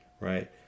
Right